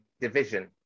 division